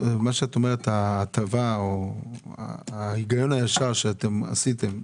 ההטבה או ההיגיון הישר שהפעלתם,